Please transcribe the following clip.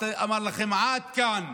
הוא אמר לכם: עד כאן,